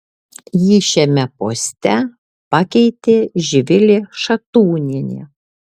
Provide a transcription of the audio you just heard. jį šiame poste pakeitė živilė šatūnienė